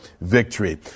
victory